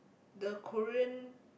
the Korean